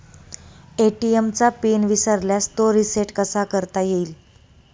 ATM चा PIN विसरल्यास तो रिसेट कसा करता येईल?